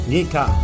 Nika